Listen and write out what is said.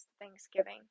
Thanksgiving